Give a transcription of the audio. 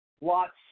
lots